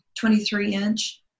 23-inch